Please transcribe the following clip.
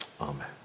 Amen